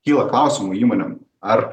kyla klausimų įmonėm ar